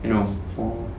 you know